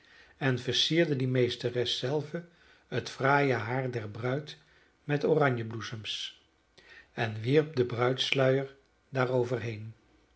en versierde die meesteres zelve het fraaie haar der bruid met oranjebloesems en wierp den bruidssluier